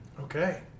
Okay